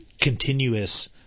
continuous